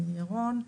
ירון,